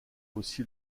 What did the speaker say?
aussi